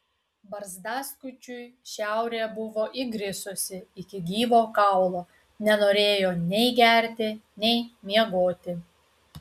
barzdaskučiui šiaurė buvo įgrisusi iki gyvo kaulo nenorėjo nei gerti nei miegoti